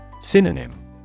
Synonym